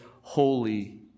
holy